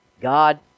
God